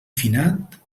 finat